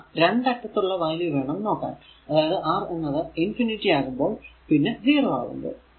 നാം രണ്ടു അറ്റത്തുള്ള വാല്യൂ വേണം നോക്കാൻ അതായതു R എന്നത് ഇൻഫിനിറ്റി ആകുമ്പോൾ പിന്നെ 0 ആകുമ്പോൾ